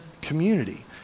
community